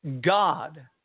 God